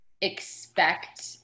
expect